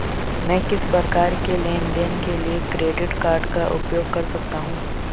मैं किस प्रकार के लेनदेन के लिए क्रेडिट कार्ड का उपयोग कर सकता हूं?